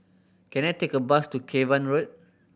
can I take a bus to Cavan Road